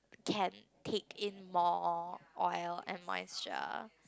can take in more oil and moisture